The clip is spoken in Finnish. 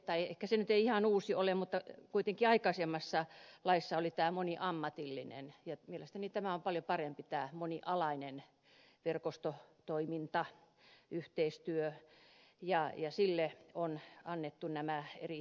tai ehkä se ei ihan uusi ole mutta kuitenkin aikaisemmassa laissa oli tämä moniammatillinen ja mielestäni tämä on paljon parempi tämä monialainen verkostotoiminta yhteistyö ja sille on annettu nämä eri tehtävät